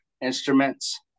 instruments